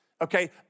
okay